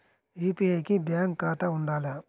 UPI కి bank ఖాతా ఉండాల?